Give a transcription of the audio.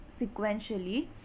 sequentially